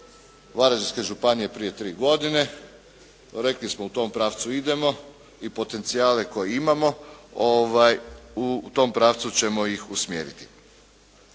Varaždinske županije prije tri godine. Rekli smo u tom pravcu idemo i potencijale koje imamo u tom pravcu ćemo ih usmjeriti.